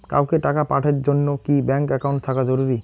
কাউকে টাকা পাঠের জন্যে কি ব্যাংক একাউন্ট থাকা জরুরি?